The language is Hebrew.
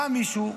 בר מישהו,